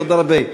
עוד הרבה.